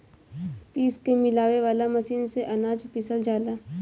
पीस के मिलावे वाला मशीन से अनाज पिसल जाला